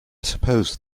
supposed